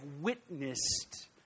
witnessed